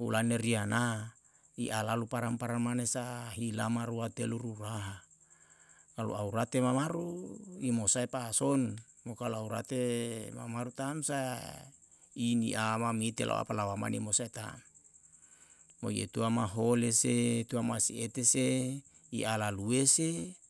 hulane ria na i alalu parang parang mane sa hilama rua telu ruraha. kalu aurate mamaru i mosae pa'ason mo kalu aurate mamaru tamsa i ni ama mite lau apalawa mane mosae ta'm, mo ye tua ma hole se tua ma si ete se i ala luese